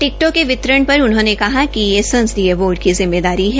टिकटों पर वितरण पर उन्होंने कहा कि यह संसदीय बोर्ड की जिम्मेदारी है